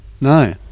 No